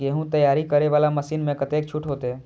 गेहूं तैयारी करे वाला मशीन में कतेक छूट होते?